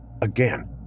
Again